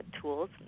tools